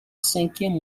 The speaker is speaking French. cinquième